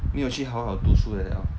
没有去好好读书 like that lor